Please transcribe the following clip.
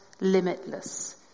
limitless